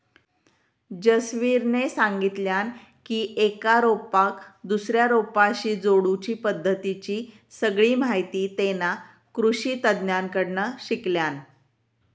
जसवीरने सांगितल्यान की एका रोपाक दुसऱ्या रोपाशी जोडुची पद्धतीची सगळी माहिती तेना कृषि तज्ञांकडना शिकल्यान